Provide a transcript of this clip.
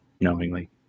knowingly